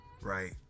right